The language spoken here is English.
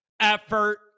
effort